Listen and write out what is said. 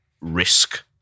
risk